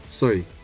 Sorry